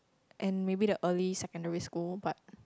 and maybe the early secondary school but